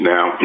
Now